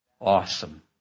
awesome